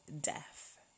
death